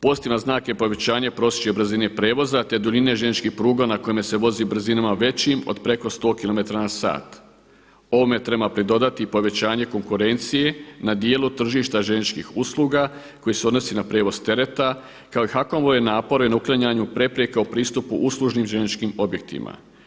Pozitivan znak je povećanje prosječne brzine prijevoza, te duljine željezničkih pruga na kojima se vozi brzinama većim od preko 100 km/h. Ovome treba pridodati i povećanje konkurenciji na dijelu tržišta željezničkih usluga koji se odnosi na prijevoz tereta kao i HAKOM-ove napore na uklanjanju prepreka u pristupu uslužnim željezničkim objektima.